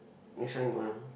which one you want